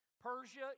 Persia